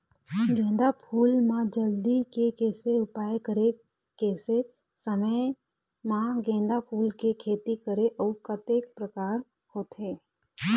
गेंदा फूल मा जल्दी के कैसे उपाय करें कैसे समय मा गेंदा फूल के खेती करें अउ कतेक प्रकार होथे?